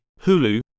Hulu